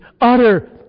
utter